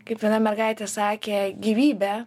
kaip viena mergaitė sakė gyvybę